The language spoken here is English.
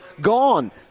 gone